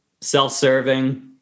self-serving